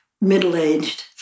middle-aged